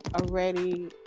already